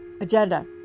agenda